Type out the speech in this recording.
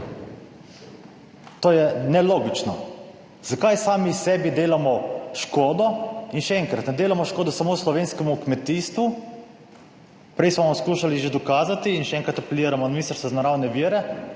to je nelogično. Zakaj sami sebi delamo škodo? In še enkrat, ne delamo škodo samo slovenskemu kmetijstvu, prej smo skušali že dokazati in še enkrat apeliramo na Ministrstvo za naravne vire,